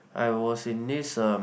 I was in this um